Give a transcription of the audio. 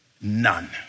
None